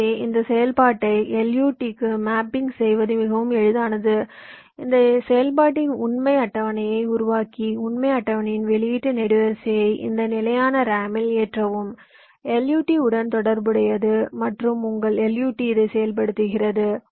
எனவே இந்த செயல்பாட்டை LUT க்கு மேப்பிங் செய்வது மிகவும் எளிதானது இந்த செயல்பாட்டின் உண்மை அட்டவணையை உருவாக்கி உண்மை அட்டவணையின் வெளியீட்டு நெடுவரிசையை இந்த நிலையான ரேமில் ஏற்றவும் LUT உடன் தொடர்புடையது மற்றும் உங்கள் LUT இதை செயல்படுத்துகிறது